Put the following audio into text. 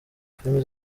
filimi